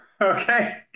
Okay